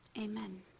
amen